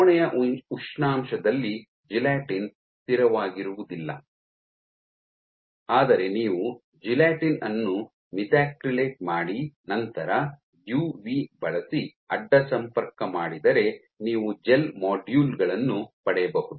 ಕೋಣೆಯ ಉಷ್ಣಾಂಶದಲ್ಲಿ ಜೆಲಾಟಿನ್ ಸ್ಥಿರವಾಗಿರುವುದಿಲ್ಲ ಆದರೆ ನೀವು ಜೆಲಾಟಿನ್ ಅನ್ನು ಮೆಥಾಕ್ರಿಲೇಟ್ ಮಾಡಿ ನಂತರ ಯುವಿ ಬಳಸಿ ಅಡ್ಡ ಸಂಪರ್ಕ ಮಾಡಿದರೆ ನೀವು ಜೆಲ್ ಮಾಡ್ಯೂಲ್ ಗಳನ್ನು ಪಡೆಯಬಹುದು